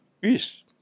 peace